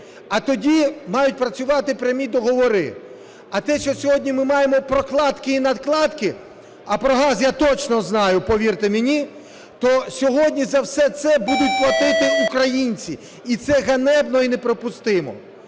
а тоді мають працювати прямі договори. А те, що сьогодні ми маємо прокладки і накладки, а про газ я точно знаю, повірте мені, то сьогодні за все це будуть платити українці. І це ганебно, і неприпустимо.